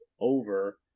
over